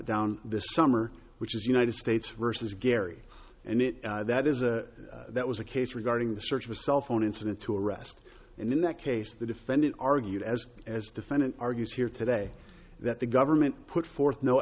down this summer which is united states versus gary and that is a that was a case regarding the search of a cell phone incident to arrest and in that case the defendant argued as as defendant argues here today that the government put forth no